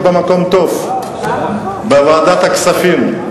הוא מחזיק במקום טוב, בוועדת הכספים.